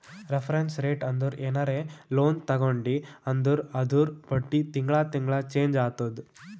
reference rate ಅಂದುರ್ ಏನರೇ loan ತಗೊಂಡಿ ಅಂದುರ್ ಅದೂರ್ ಬಡ್ಡಿ ತಿಂಗಳಾ ತಿಂಗಳಾ ಚೆಂಜ್ ಆತ್ತುದ